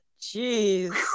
Jeez